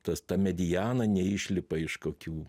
tas ta mediana neišlipa iš kokių